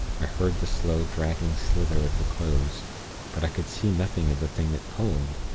i heard the slow, dragging slither of the clothes but i could see nothing of the thing that pulled.